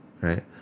right